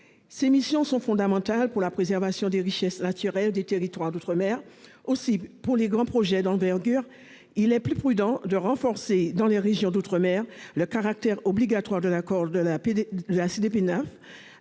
Ces missions sont fondamentales pour la préservation des richesses naturelles des territoires d'outre-mer. Aussi, pour les grands projets d'envergure, il est plus prudent de renforcer, dans les régions d'outre-mer, le caractère obligatoire de l'accord de la CDPENAF,